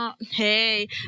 Hey